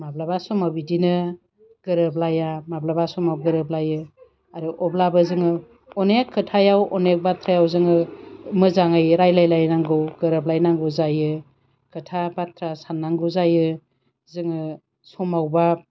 माब्लाबा समाव बिदिनो गोरोबलाया माब्लाबा समाव गोरोबलायो आरो अब्लाबो जोङो अनेक खोथायाव अनेक बाथ्रायाव जोङो मोजाङै रायलायलायनांगौ गोरोबलायनांगौ जायो खोथा बाथ्रा साननांगौ जायो जोङो समावबा